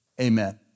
Amen